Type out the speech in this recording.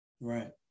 Right